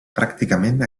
pràcticament